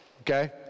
okay